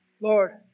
Lord